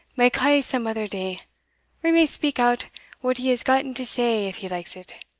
may ca' some other day or he may speak out what he has gotten to say if he likes it